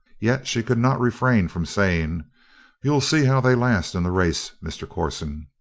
yet she could not refrain from saying you'll see how they last in the race, mr. corson.